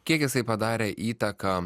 kiek jisai padarė įtaką